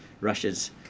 Russia's